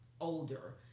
older